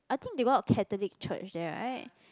I think they got a Catholic church there right